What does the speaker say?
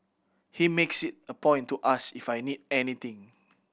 he makes it a point to ask if I need anything